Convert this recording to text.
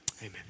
Amen